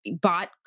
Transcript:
bought